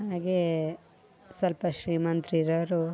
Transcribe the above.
ಹಾಗೇ ಸ್ವಲ್ಪ ಶ್ರೀಮಂತರಿರೋರು